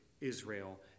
Israel